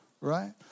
right